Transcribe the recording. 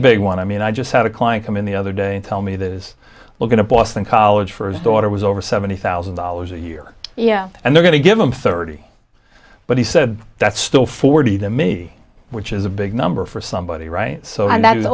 big one i mean i just had a client come in the other day and tell me this we're going to boston college for his daughter was over seventy thousand dollars a year yeah and we're going to give him thirty but he said that's still forty the me which is a big number for somebody right so